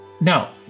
No